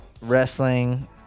wrestling